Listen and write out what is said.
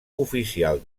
oficial